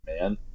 man